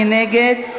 מי נגד?